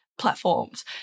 platforms